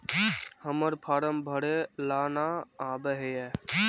हम्मर फारम भरे ला न आबेहय?